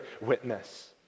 witness